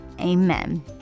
Amen